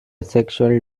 sexual